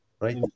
Right